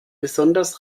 besonders